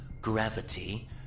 gravity